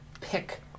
pick